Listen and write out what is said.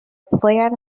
plan